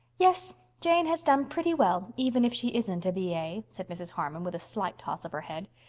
yes, jane has done pretty well, even if she isn't a b a, said mrs. harmon, with a slight toss of her head.